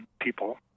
people